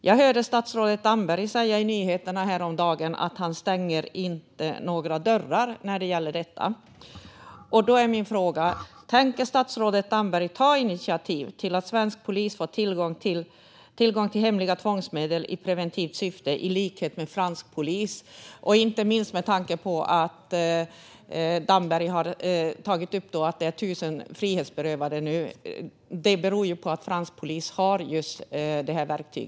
Jag hörde statsrådet Damberg i nyheterna häromdagen säga att han inte stänger några dörrar när det gäller detta. Då är min fråga: Tänker statsrådet Damberg ta initiativ till att svensk polis ska få tillgång till hemliga tvångsmedel i preventivt syfte i likhet med fransk polis? Damberg tog nyss upp att det nu var 1 000 fler frihetsberövade. Det beror ju på att fransk polis har just detta verktyg.